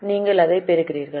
நீங்கள் அதைப் பெறுகிறீர்களா